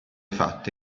fatte